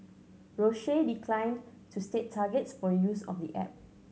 Roche declined to state targets for use of the app